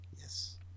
yes